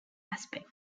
aspect